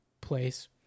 place